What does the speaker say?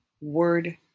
word